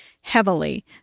heavily